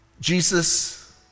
Jesus